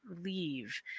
leave